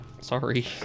Sorry